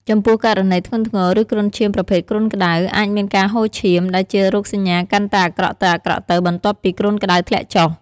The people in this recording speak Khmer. ចំពោះករណីធ្ងន់ធ្ងរ ឬគ្រុនឈាមប្រភេទគ្រុនក្តៅ អាចមានការហូរឈាម ដែលជារោគសញ្ញាកាន់តែអាក្រក់ទៅៗ បន្ទាប់ពីគ្រុនក្តៅធ្លាក់ចុះ។